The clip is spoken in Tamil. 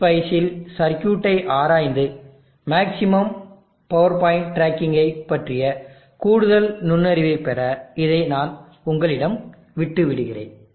ngspice இல் சர்க்யூட்டை ஆராய்ந்து மேக்ஸிமம் பவர் பாயிண்ட் டிராக்கிங்கைப் பற்றிய கூடுதல் நுண்ணறிவைப் பெற இதை நான் உங்களிடம் விட்டு விடுகிறேன்